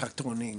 לטרקטורונים,